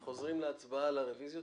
אנחנו חוזרים להצבעה על הרביזיות.